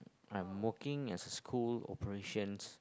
I'm working as a school operations